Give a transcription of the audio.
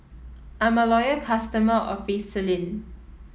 I'm a loyal customer of Vaselin